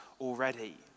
already